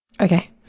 Okay